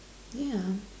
yeah